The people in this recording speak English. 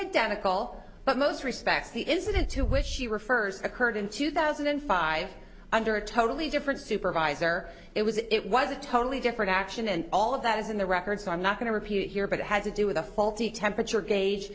identical but most respects the incident to which she refers occurred in two thousand and five under a totally different supervisor it was it was a totally different action and all of that is in the record so i'm not going to repeat it here but it had to do with a faulty temperature gauge